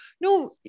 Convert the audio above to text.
no